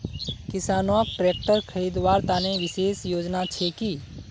किसानोक ट्रेक्टर खरीदवार तने विशेष योजना छे कि?